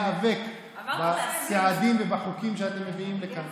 חייבת לטפל בשאלת העוני.